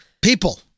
People